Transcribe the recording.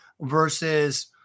versus